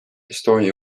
estonia